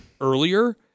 earlier